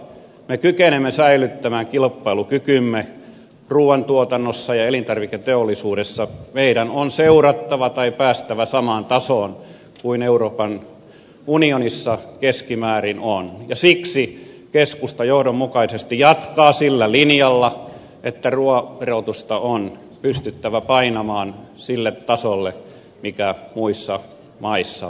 jotta me kykenemme säilyttämään kilpailukykymme ruuantuotannossa ja elintarviketeollisuudessa meidän on seurattava tai päästävä samaan tasoon kuin euroopan unionissa keskimäärin ja siksi keskusta johdonmukaisesti jatkaa sillä linjalla että ruuan verotusta on pystyttävä painamaan sille tasolle mikä muissa maissa on